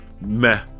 meh